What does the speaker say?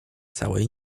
całej